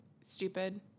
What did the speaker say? stupid